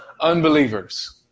Unbelievers